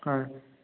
হয়